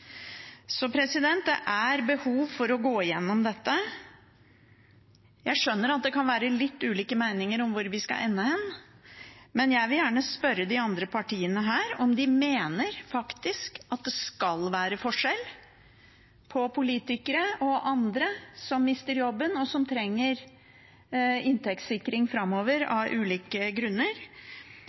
Så det er behov for å gå gjennom dette. Jeg skjønner at det kan være litt ulike meninger om hvor vi skal ende, men jeg vil gjerne spørre de andre partiene her om de faktisk mener at det skal være forskjell på politikere og andre som mister jobben, og som av ulike grunner trenger inntektssikring framover.